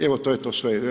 Evo to je to sve.